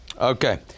Okay